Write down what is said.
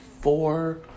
four